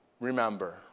remember